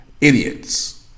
idiots